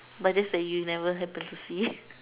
but just that you never happen to see